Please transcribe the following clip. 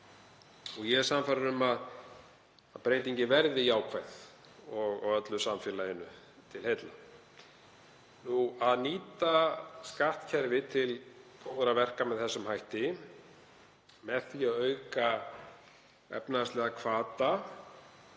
Ég er sannfærður um að breytingin verði jákvæð og öllu samfélaginu til heilla. Að nýta skattkerfi til góðra verka með þessum hætti, með því að auka efnahagslega hvata